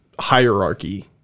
hierarchy